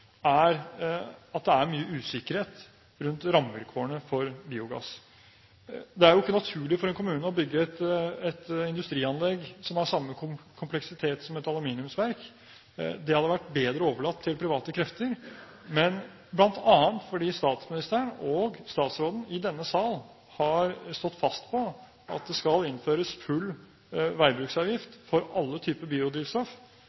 er at det er mye usikkerhet rundt rammevilkårene for biogass. Det er jo ikke naturlig for en kommune å bygge et industrianlegg som har samme kompleksitet som et aluminiumsverk. Det hadde vært bedre overlatt til private krefter. Men bl.a. fordi statsministeren og statsråden i denne sal har stått fast på at det i nær fremtid skal innføres full